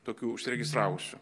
tokių užsiregistravusių